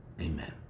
Amen